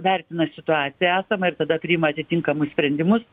vertina situaciją esamą ir tada priima atitinkamus sprendimus